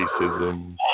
racism